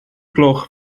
gloch